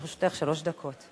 לרשותך שלוש דקות.